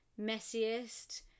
messiest